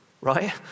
right